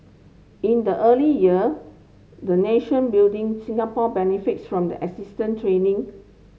in the early year the nation building Singapore benefited from the assistance training